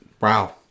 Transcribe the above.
wow